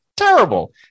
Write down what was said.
terrible